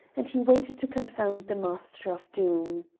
and he waited to confound the master of doom.